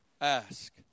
ask